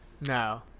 No